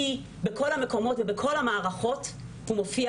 כי בכל המקומות ובכל המערכות הוא מופיע